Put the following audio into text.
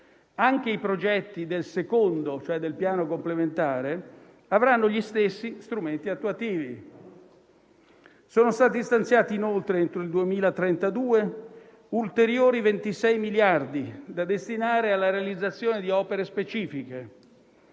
Anche i progetti del secondo, cioè del Piano complementare, avranno gli stessi strumenti attuativi. Sono stati stanziati, inoltre, entro il 2032, ulteriori 26 miliardi da destinare alla realizzazione di opere specifiche.